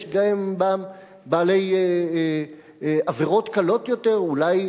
יש בהם גם בעלי עבירות קלות יותר, אולי,